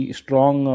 strong